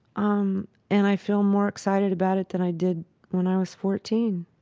um and i feel more excited about it than i did when i was fourteen